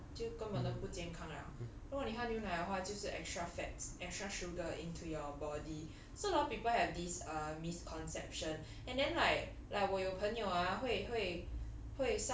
不 healthy 了 lor 就根本都不健康了如果你喝牛奶的话就是 extra fats extra sugar into your body so a lot of people have this err misconception and then like like 我有朋友 ah 会会